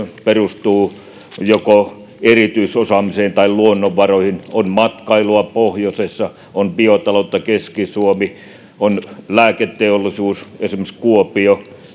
perustuvat joko erityisosaamiseen tai luonnonvaroihin on matkailua pohjoisessa on biotaloutta keski suomessa on lääketeollisuutta esimerkiksi kuopiossa